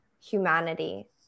humanity